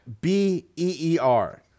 b-e-e-r